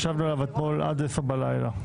ישבנו עליו אתמול עד 10:00 בלילה.